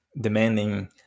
demanding